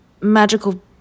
magical